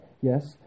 Yes